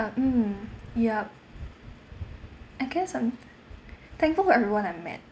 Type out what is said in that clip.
mm yup I guess I'm thankful for everyone I've met